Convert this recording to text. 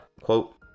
quote